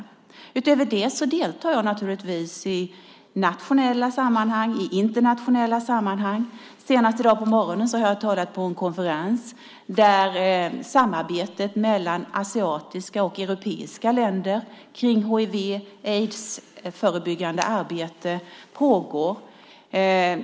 Utöver detta deltar jag naturligtvis i nationella och internationella sammanhang. Senast i dag på morgonen talade jag på en konferens om samarbetet mellan asiatiska och europeiska länder kring hiv/aids-förebyggande arbete.